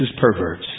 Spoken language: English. perverts